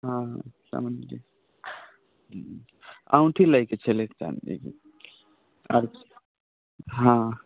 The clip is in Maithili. हँ चाँदीके औँठी लैके छलै चाँदीके आओर हँ